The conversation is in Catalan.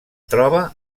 troba